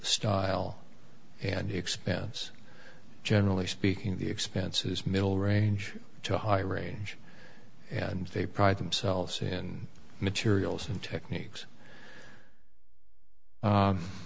style and expense generally speaking the expenses middle range to high range and they pride themselves in materials and techniques